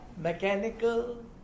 Mechanical